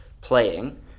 playing